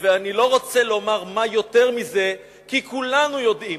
ואני לא רוצה לומר מה יותר מזה, כי כולנו יודעים.